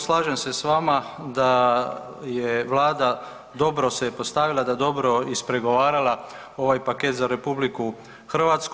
Slažem se s vama da se Vlada dobro postavila da je dobro ispregovarala ovaj paket za RH.